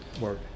Work